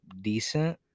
decent